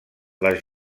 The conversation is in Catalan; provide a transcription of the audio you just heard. les